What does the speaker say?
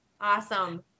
awesome